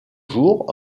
jours